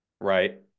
right